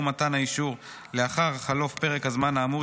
או מתן האישור לאחר חלוף פרק הזמן האמור,